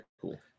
cool